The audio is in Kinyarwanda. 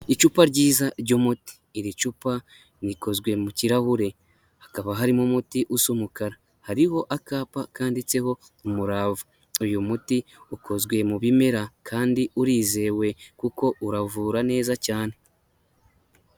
Icupa ryiza ry'umuti. Iri cupa rikozwe mu kirahure hakaba harimo umuti usa umukara. Hariho akapa kanditseho umurava uyu muti ukozwe mu bimera, kandi urizewe kuko uravura neza cyane.